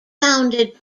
founded